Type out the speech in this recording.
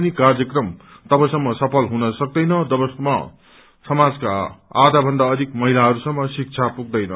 पनि कार्यक्रम तबसम्म सफल हुन सक्तैन जबसम्म समाजको आधाभन्दा अधिक महिलाहरूसम्म संगीत पुग्देन